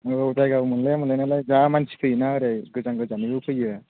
औ जायगाबो मोनलाया मोननालाय नायालाय जा मानसि फैयोना ओरै गोजान गोजाननिबो फैयो